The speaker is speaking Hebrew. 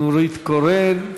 נורית קורן.